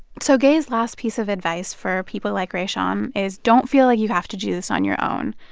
so gaye's last piece of advice for people like rayshawn is don't feel like you have to do this on your own.